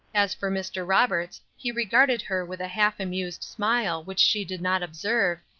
as for mr. roberts, he regarded her with a half amused smile which she did not observe,